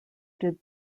did